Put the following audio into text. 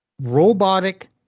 robotic